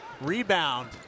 Rebound